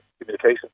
communication